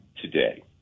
today